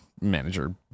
manager